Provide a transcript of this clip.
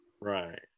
Right